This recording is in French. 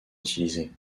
utilisée